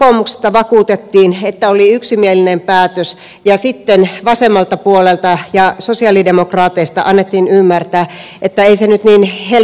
kokoomuksesta vakuutettiin että oli yksimielinen päätös ja sitten vasemmalta puolelta ja sosialidemokraateista annettiin ymmärtää että ei se nyt niin helppoa ollutkaan